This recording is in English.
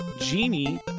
Genie